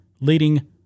leading